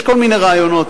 יש כל מיני רעיונות,